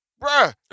bruh